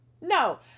No